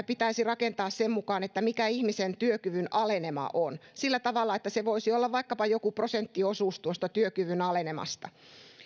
pitäisi rakentaa sen mukaan mikä ihmisen työkyvyn alenema on sillä tavalla että se voisi olla vaikkapa joku prosenttiosuus tuosta työkyvyn alenemasta